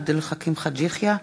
עבד אל חכים חאג' יחיא,